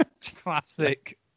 Classic